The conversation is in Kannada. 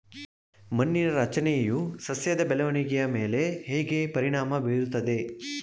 ಮಣ್ಣಿನ ರಚನೆಯು ಸಸ್ಯದ ಬೆಳವಣಿಗೆಯ ಮೇಲೆ ಹೇಗೆ ಪರಿಣಾಮ ಬೀರುತ್ತದೆ?